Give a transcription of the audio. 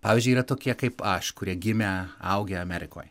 pavyzdžiui yra tokie kaip aš kurie gimę augę amerikoj